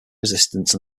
resistance